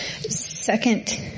Second